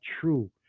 true